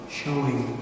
showing